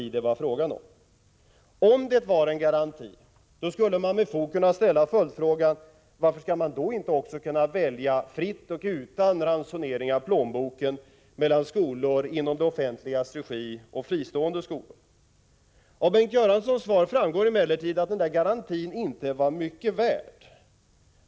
Om det var fråga om en garanti, skulle man med fog kunna ställa följdfrågan: Varför skall man då inte också kunna välja fritt och utan ransonering via plånboken mellan skolor i det offentligas regi och fristående skolor? Av Bengt Göranssons svar framgår emellertid att garantin inte var mycket värd.